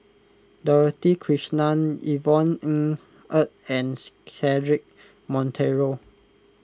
Dorothy Krishnan Yvonne Ng Uhde and Cedric Monteiro